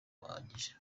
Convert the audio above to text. bahagije